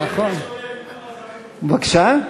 בבקשה.